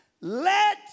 Let